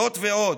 זאת ועוד,